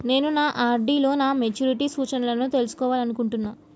నేను నా ఆర్.డి లో నా మెచ్యూరిటీ సూచనలను తెలుసుకోవాలనుకుంటున్నా